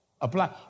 Apply